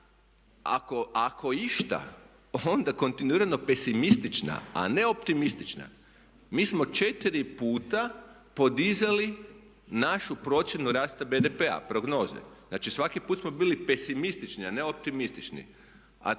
ako išta onda kontinuirano pesimistična a ne optimistična. Mi smo 4 puta podizali našu procjenu rasta BDP-a, prognoze. Znači, svaki put smo bili pesimistični a ne optimistični.